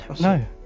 No